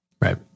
Right